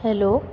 hello